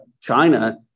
China